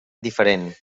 diferent